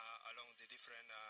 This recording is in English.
along the different